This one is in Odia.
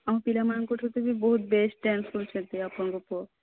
ଆମ ପିଲାମାନଙ୍କ ଠୁ ବି ବହୁତ ବେଷ୍ଟ ଡ୍ୟାନ୍ସ କରୁଛନ୍ତି ଆପଣଙ୍କ ପୁଅ